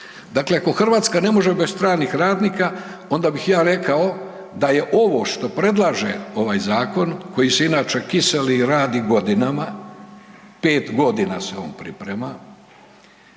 Dakle, ako Hrvatska ne može bez stranih radnika onda bih ja rekao da je ovo što predlaže ovaj zakon, koji se inače kiseli i radi godinama, pet godina se on priprema